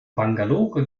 bangalore